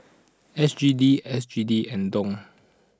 S G D S G D and Dong